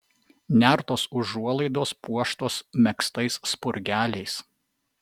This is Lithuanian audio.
nertos užuolaidos puoštos megztais spurgeliais